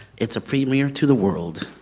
it's a premiere to the world.